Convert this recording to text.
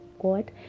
god